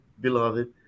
beloved